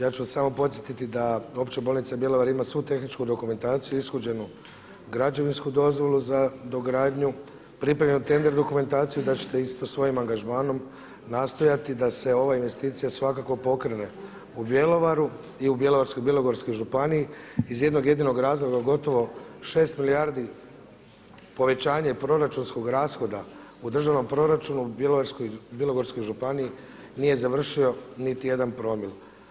Ja ću samo podsjetiti da Opća bolnica Bjelovar ima svu tehničku dokumentaciju, ishođenu građevinsku dozvolu za dogradnju, pripremljenu tender dokumentaciju, da ćete isto svojim angažmanom nastojati da se ova investicija svakako pokrene u Bjelovaru i u Bjelovarsko-bilogorskoj županiji iz jednog jedinog razloga gotovo 6 milijardi povećanje proračunskog rashoda u državnom proračunu u Bjelovarsko-bilogorskoj županiji nije završio nije završio niti jedan promil.